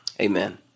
Amen